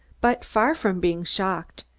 but far from being shocked,